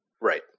Right